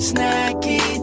Snacky